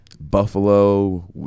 Buffalo